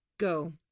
Go